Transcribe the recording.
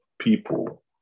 people